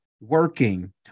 working